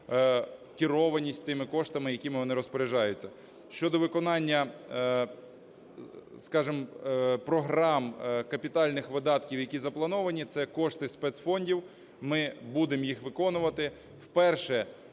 керованість тими коштами, якими вони розпоряджаються. Щодо виконання програм капітальних видатків, які заплановані, – це кошти спецфондів, ми будемо їх виконувати.